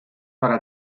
para